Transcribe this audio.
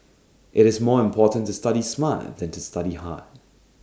IT is more important to study smart than to study hard